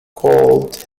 called